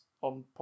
on